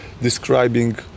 describing